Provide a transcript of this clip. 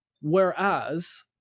Whereas